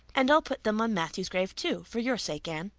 and i'll put them on matthew's grave too, for your sake, anne.